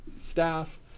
staff